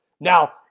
Now